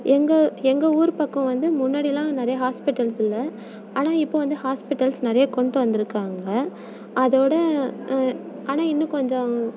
எங்கள் எங்கள் ஊர் பக்கம் வந்து முன்னாடிலாம் நிறைய ஹாஸ்பிட்டல்ஸ் இல்லை ஆனால் இப்போ வந்து ஹாஸ்பிட்டல்ஸ் நிறைய கொண்டுட்டு வந்துருக்காங்க அதோடய ஆனால் இன்னும் கொஞ்சம்